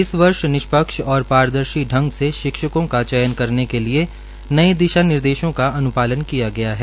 इस वर्ष निष्पक्ष और पारदर्शी ढंग से शिक्षकों का चयन करने के लिए नए दिशा निर्देशों का अन्पालन किया गया है